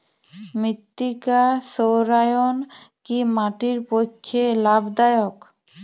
মৃত্তিকা সৌরায়ন কি মাটির পক্ষে লাভদায়ক?